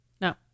No